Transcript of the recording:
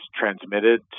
transmitted